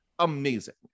amazing